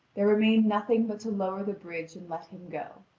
there remained nothing but to lower the bridge and let him go.